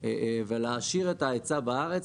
ולהעשיר את ההיצע בארץ.